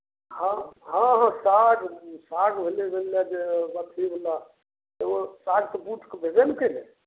हॅं हॅं हॅं साग साग भेलै ओहि लए जे ओ अथी बला ओ साग तऽ बूटके भेवे ने केलै